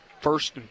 first